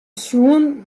sjoen